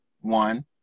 one